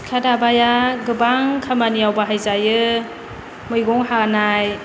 सिखा दाबाया गोबां खामानियाव बाहायजायो मैगं हानाय